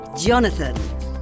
Jonathan